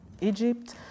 Egypt